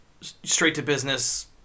straight-to-business